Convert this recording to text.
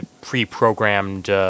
pre-programmed